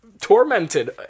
tormented